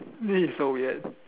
this is so weird